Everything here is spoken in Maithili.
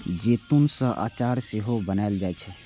जैतून सं अचार सेहो बनाएल जाइ छै